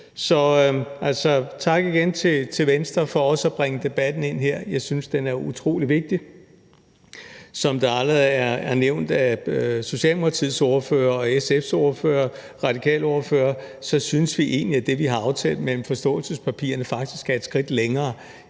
tak igen til Venstre for også at bringe debatten ind her. Jeg synes, den er utrolig vigtig, og som det allerede er nævnt af Socialdemokratiets ordfører, SF's ordfører og Radikales ordfører, synes vi egentlig, at det, vi har aftalt i forståelsespapirerne, faktisk er et skridt længere